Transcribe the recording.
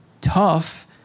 tough